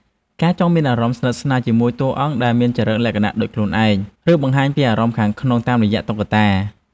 ការចង់មានអារម្មណ៍ស្និទ្ធស្នាលជាមួយតួអង្គដែលមានចរិតលក្ខណៈដូចខ្លួនឯង ឬបង្ហាញពីអារម្មណ៍នៅខាងក្នុងតាមរយៈតុក្កតា។